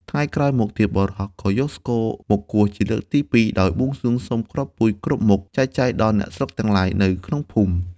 ថ្ងៃក្រោយមកទៀត បុរសក៏យកស្គរមកគោះជាលើក ទីពីរ ដោយបួងសួងសុំគ្រាប់ពូជគ្រប់មុខចែកចាយដល់ អ្នកស្រុកទាំងឡាយនៅក្នុងភូមិ ។